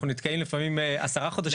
אנחנו נתקעים לפעמים עשרה חודשים.